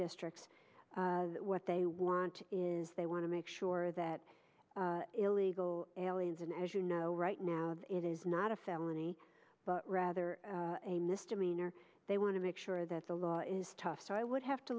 districts what they want is they want to make sure that illegal aliens and as you know right now it is not a felony but rather a misdemeanor they want to make sure that the law is tough so i would have to